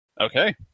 Okay